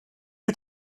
wyt